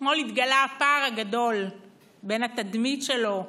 אתמול התגלה הפער הגדול בין התדמית שלו,